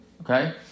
Okay